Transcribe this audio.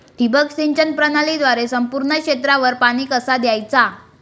ठिबक सिंचन प्रणालीद्वारे संपूर्ण क्षेत्रावर पाणी कसा दयाचा?